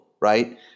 right